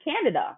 Canada